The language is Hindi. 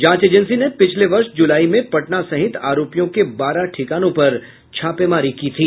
जांच एजेंसी ने पिछले वर्ष जुलाई में पटना सहित आरोपियों के बारह ठिकानों पर छापेमारी की थी